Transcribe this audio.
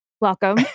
Welcome